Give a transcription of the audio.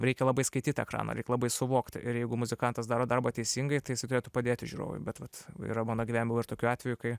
reikia labai skaityt ekraną reik labai suvokti ir jeigu muzikantas daro darbą teisingai tai jisai turėtų padėti žiūrovui bet vat yra mano gyvenime buvo ir tokiu atveju kai